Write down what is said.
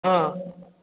हँ